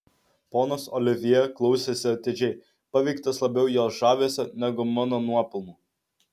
ponas olivjė klausėsi atidžiai paveiktas labiau jos žavesio negu mano nuopelnų